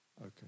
Okay